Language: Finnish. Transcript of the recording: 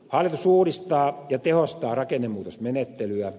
hallitus uudistaa ja tehostaa rakennemuutosmenettelyä